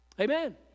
Amen